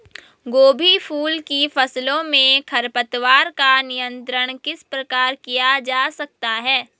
गोभी फूल की फसलों में खरपतवारों का नियंत्रण किस प्रकार किया जा सकता है?